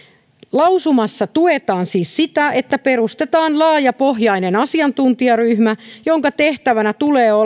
lausumassa tuetaan siis sitä että perustetaan laajapohjainen asiantuntijaryhmä jonka tehtävänä